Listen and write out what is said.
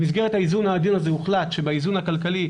במסגרת האיזון העדין הזה הוחלט שבאיזון הכלכלי,